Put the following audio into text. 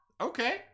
Okay